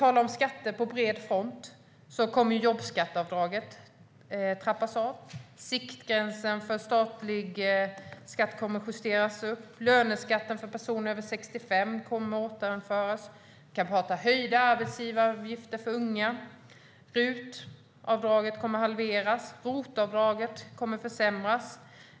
Jobbskatteavdraget kommer att trappas ned, och skiktgränsen för statlig skatt kommer att justeras upp. Löneskatten för personer över 65 år kommer att återinföras. Vi kan även tala om höjda arbetsgivaravgifter för unga. RUT-avdraget kommer att halveras, och ROT-avdraget kommer att försämras.